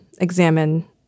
examine